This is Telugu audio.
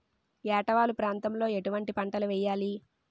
ఏటా వాలు ప్రాంతం లో ఎటువంటి పంటలు వేయాలి?